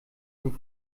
dem